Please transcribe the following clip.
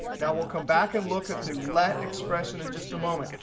now we'll come back and look at the let expression in just a moment.